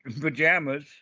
pajamas